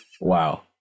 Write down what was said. Wow